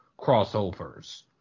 crossovers